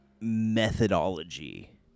methodology